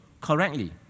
correctly